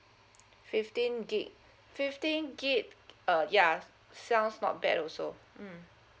fifteen gig fifteen gig uh yeah sounds not bad also mm